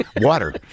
water